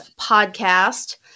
podcast